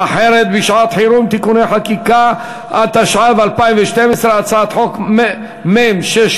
בני-זוג שנפרדו, התשע"ב 2011, נתקבלה.